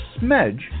smedge